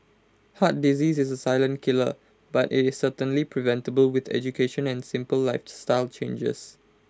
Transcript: heart disease is A silent killer but IT is certainly preventable with education and simple lifestyle changes